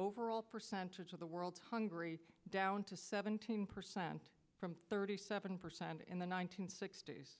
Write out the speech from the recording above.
overall percentage of the world's hungry down to seventeen percent from thirty seven percent in the one nine hundred sixty s